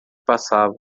passavam